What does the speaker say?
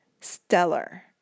stellar